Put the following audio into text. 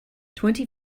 twenty